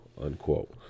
unquote